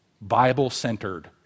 Bible-centered